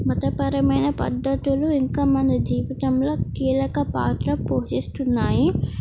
మతపరమైన పద్ధతులు ఇంకా మన జీవితంలో కీలక పాత్ర పోషిస్తున్నాయి